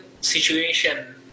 situation